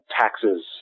taxes